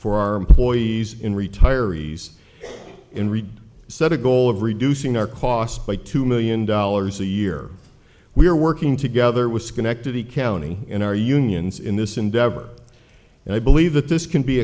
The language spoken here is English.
for our employees in retirees in return set a goal of reducing our cost by two million dollars a year we are working together with schenectady county in our unions in this endeavor and i believe that this can be